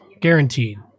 Guaranteed